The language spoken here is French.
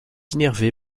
innervé